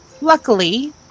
luckily